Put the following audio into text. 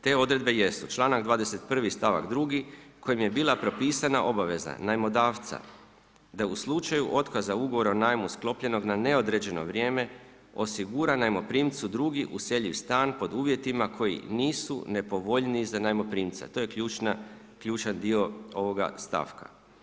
Te odredbe jesu članak 21. stavak 2. kojim je bila propisana obaveza najmodavca da u slučaju otkaza ugovora o najmu sklopljenog na neodređeno vrijeme osigura najmoprimcu drugi useljiv stan pod uvjetima koji nisu nepovoljniji za najmoprimca, to je ključan dio ovoga stavka.